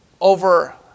over